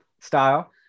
style